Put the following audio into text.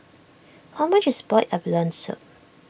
how much is Boiled Abalone Soup